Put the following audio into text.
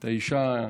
את האישה,